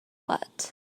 what